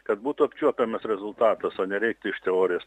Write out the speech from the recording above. kad būtų apčiuopiamas rezultatas o nereiktų iš teorijos